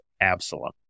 Absalom